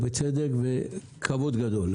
ובצדק ובכבוד גדול.